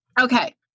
Okay